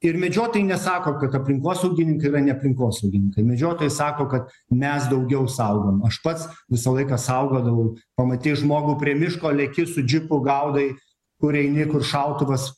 ir medžiotojai nesako kad aplinkosaugininkai yra ne aplinkosaugininkai medžiotojai sako kad mes daugiau saugom aš pats visą laiką saugodavau pamatei žmogų prie miško leki su džipu gaudai kur eini kur šautuvas